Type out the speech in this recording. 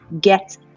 get